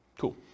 Cool